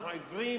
אנחנו עיוורים?